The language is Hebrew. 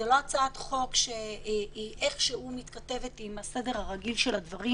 זו לא הצעת חוק שמתכתבת עם הסדר הרגיל של הדברים,